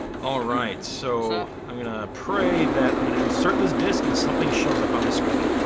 alright. so i'm gonna pray that i'm gonna insert this disc and something shows up on the screen.